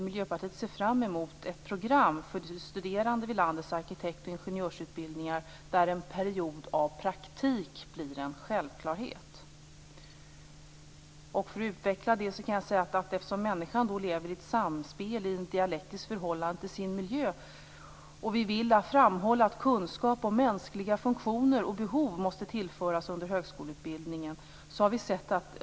Miljöpartiet ser fram emot ett program för studerande vid landets arkitekt och ingenjörsutbildningar där en period av praktik blir en självklarhet. För att utveckla detta kan jag säga att människan ju lever i ett samspel, i ett dialektiskt förhållande till sin miljö. Vi vill därför framhålla att kunskap om mänskliga funktioner och behov måste tillföras under högskoleutbildningen.